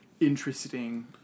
interesting